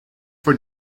for